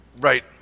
Right